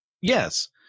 yes